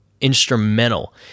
instrumental